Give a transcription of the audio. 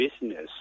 business